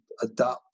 adapt